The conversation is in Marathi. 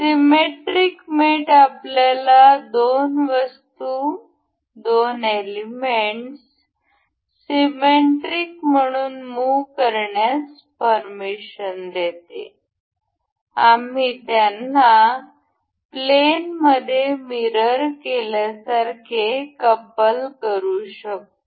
सीमॅट्रिक मेट आम्हाला दोन वस्तू दोन एलिमेंट्स सीमॅट्रिक म्हणून मुह करण्यास परमिशन देते आम्ही त्यांना प्लेनमध्ये मिरर केल्यासारखे कपल करू शकतो